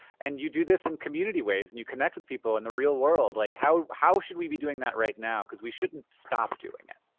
and you do this in community ways, and you connect with people in the real world. like, how how should we be doing that right now? because we shouldn't stop doing it.